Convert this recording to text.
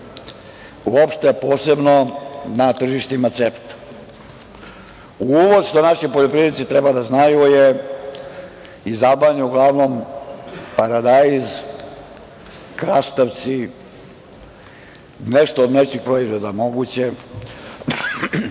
uopšte, a posebno na tržištima CEFTA.Uvoz, to naši poljoprivrednici treba da znaju, je iz Albanije uglavnom paradajz, krastavci, nešto od mlečnih proizvoda moguće,